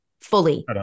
fully